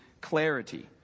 clarity